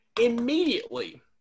immediately